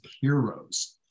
heroes